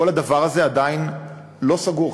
כל הדבר הזה עדיין לא סגור.